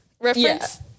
reference